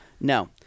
No